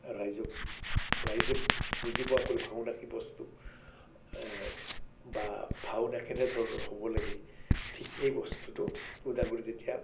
ৰাইজক ৰাইজে বুজি পোৱা কৰি ভাওনা কি বস্তু বা ভাওনা কেনেধৰণৰ হ'ব লাগে ঠিক এই বস্তুটো ওদালগুৰিত তেতিয়া